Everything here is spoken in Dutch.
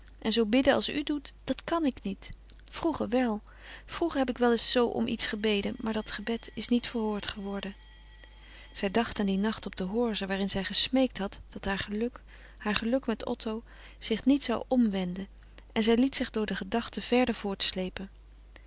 en zoo bidden als u doet dat kan ik niet vroeger wel vroeger heb ik wel eens zoo om iets gebeden maar dat gebed is niet verhoord geworden zij dacht aan dien nacht op de horze waarin zij gesmeekt had dat haar geluk haar geluk met otto zich niet zou omwenden en zij liet zich door de gedachte verder